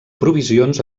provisions